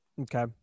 Okay